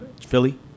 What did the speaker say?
Philly